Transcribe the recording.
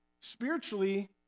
spiritually